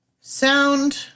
sound